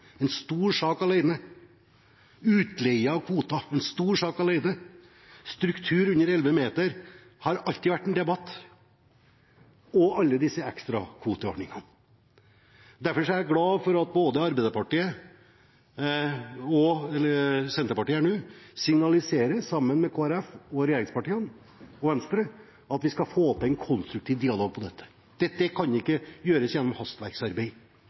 en stor sak alene. Utleie av kvoter – en stor sak alene. Struktur under 11 meter har alltid vært en debatt. Og alle disse ekstrakvoteordningene. Derfor er jeg glad for at både Arbeiderpartiet og Senterpartiet nå signaliserer sammen med Kristelig Folkeparti, Venstre og regjeringspartiene at vi skal få til en konstruktiv dialog om dette. Dette kan ikke gjøres gjennom hastverksarbeid.